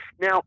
Now